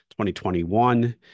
2021